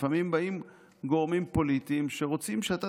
לפעמים באים גורמים פוליטיים שרוצים שאתה